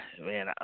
man